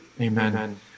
Amen